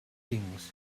things